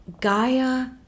Gaia